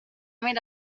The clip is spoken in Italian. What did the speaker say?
mela